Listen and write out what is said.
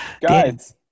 Guys